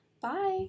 Bye